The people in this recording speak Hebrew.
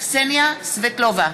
קסניה סבטלובה,